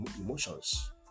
emotions